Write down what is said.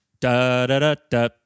Da-da-da-da